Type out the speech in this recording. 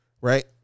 right